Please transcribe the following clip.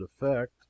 effect